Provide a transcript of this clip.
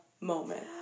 moment